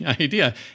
idea